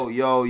yo